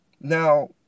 Now